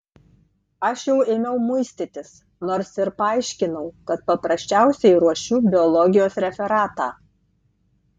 aš jau ėmiau muistytis nors ir paaiškinau kad paprasčiausiai ruošiu biologijos referatą